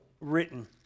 written